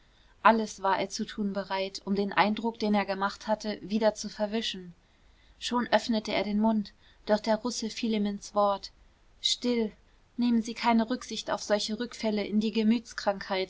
alles war er zu tun bereit um den eindruck den er gemacht hatte wieder zu verwischen schon öffnete er den mund doch der russe fiel ihm ins wort still nehmen sie keine rücksicht auf solche rückfälle in die